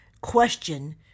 question